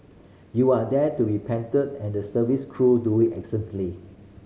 you are there to be pampered and the service crew do it excellently